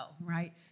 right